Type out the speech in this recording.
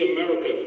America